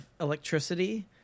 electricity